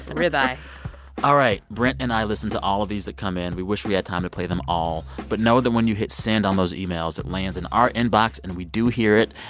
ribeye all right. brent and i listen to all of these that come in. we wish we had time to play them all. but know that when you hit send on those emails, it lands in our inbox. and we do hear it.